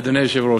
אדוני היושב-ראש,